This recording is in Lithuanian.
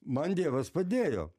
man dievas padėjo